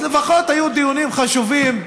אז לפחות היו דיונים חשובים,